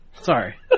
Sorry